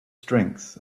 strength